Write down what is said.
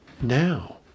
now